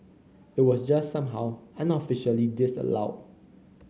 it was just somehow unofficially disallowed